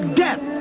death